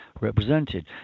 represented